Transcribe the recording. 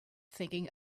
thinking